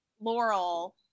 Laurel